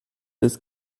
des